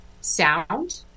sound